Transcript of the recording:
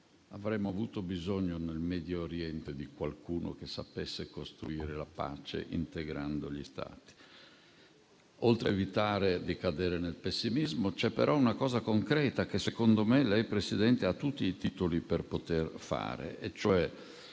Avremmo avuto bisogno nel Medio Oriente di qualcuno che sapesse costruire la pace, integrando gli Stati. Oltre a evitare di cadere nel pessimismo, c'è però una cosa concreta che secondo me lei, Presidente, ha tutti i titoli per poter fare: mettere